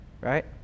Right